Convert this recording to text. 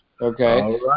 Okay